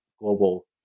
global